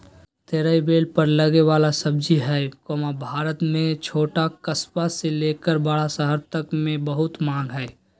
तोरई बेल पर लगे वला सब्जी हई, भारत में छोट कस्बा से लेकर बड़ा शहर तक मे बहुत मांग हई